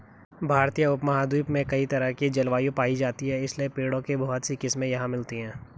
भारतीय उपमहाद्वीप में कई तरह की जलवायु पायी जाती है इसलिए पेड़ों की बहुत सी किस्मे यहाँ मिलती हैं